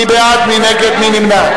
מי בעד, מי נגד,